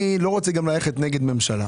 אני גם לא רוצה לכת נגד ממשלה.